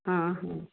ହଁ ହଁ